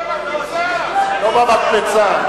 אבל לא מעל המקפצה.